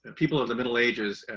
and people in the middle ages,